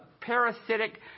parasitic